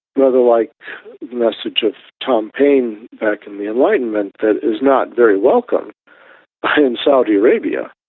rather like the message of tom paine back in the enlightenment, that is not very welcome in saudi arabia.